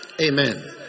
Amen